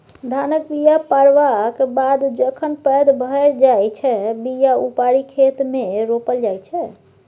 धानक बीया पारबक बाद जखन पैघ भए जाइ छै बीया उपारि खेतमे रोपल जाइ छै